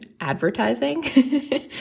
advertising